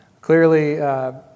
Clearly